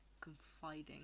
confiding